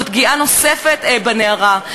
זו פגיעה נוספת בנערה.